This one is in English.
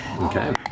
Okay